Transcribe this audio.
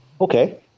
Okay